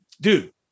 dude